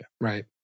Right